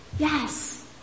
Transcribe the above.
Yes